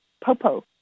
Popo